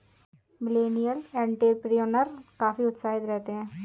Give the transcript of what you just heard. millennial entrepreneur काफी उत्साहित रहते हैं